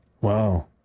Wow